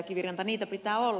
kiviranta niitä pitää olla